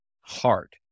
heart